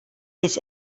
his